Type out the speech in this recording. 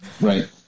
right